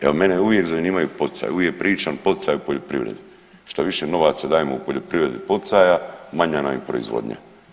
Evo mene uvijek zanimaju poticaji, uvijek pričam poticaji u poljoprivredi, što više novaca dajemo u poljoprivredu poticaja manja nam je proizvodnja.